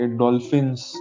dolphins